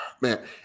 man